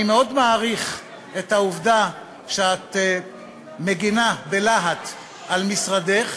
אני מאוד מעריך את העובדה שאת מגינה בלהט על משרדך,